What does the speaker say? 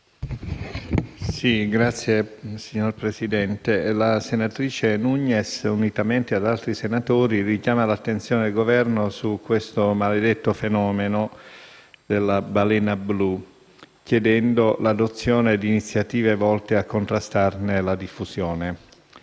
Signor Presidente, la senatrice Nugnes, unitamente ad altri senatori, richiama l'attenzione del Governo sul maledetto fenomeno della «Balena blu», chiedendo l'adozione di iniziative volte a contrastarne la diffusione.